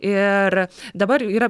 ir dabar yra